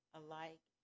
alike